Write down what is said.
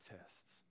tests